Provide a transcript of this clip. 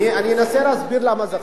אני אנסה להסביר למה זה חשוב.